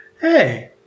Hey